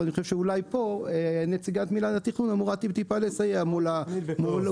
ואני חושב שאולי פה נציגת מינהל התכנון אמורה לסייע טיפה מול הוולחו"ף.